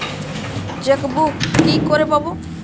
Chequebook কি করে পাবো?